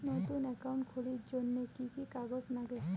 নতুন একাউন্ট খুলির জন্যে কি কি কাগজ নাগে?